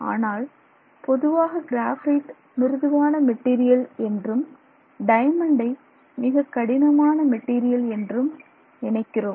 ஆனால் பொதுவாக கிராபைட் மிருதுவான மெட்டீரியல் என்றும் டயமண்டை மிகக் கடினமான மெட்டீரியல் என்றும் நினைக்கிறோம்